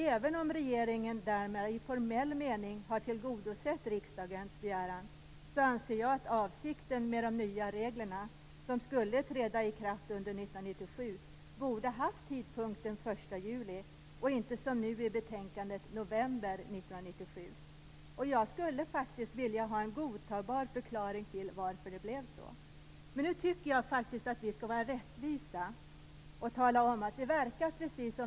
Även om regeringen därmed i formell mening har tillgodosett riksdagens begäran anser jag att de nya reglerna, som skulle träda i kraft under 1997, borde träda i kraft den 1 juli och inte, som nu föreslås i betänkandet, i november. Jag skulle faktiskt vilja ha en godtagbar förklaring till att det blev så. Men vi skall faktiskt vara rättvisa.